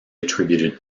attributed